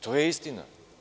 To je istina.